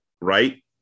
Right